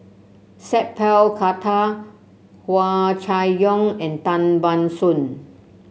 Sat Pal Khattar Hua Chai Yong and Tan Ban Soon